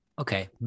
Okay